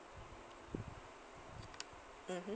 mmhmm